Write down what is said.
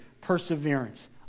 perseverance